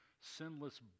sinless